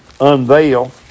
unveil